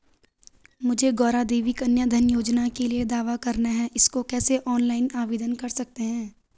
मुझे गौरा देवी कन्या धन योजना के लिए दावा करना है इसको कैसे ऑनलाइन आवेदन कर सकते हैं?